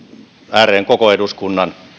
ääreen koko eduskunnan